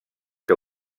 que